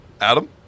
Adam